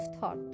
thought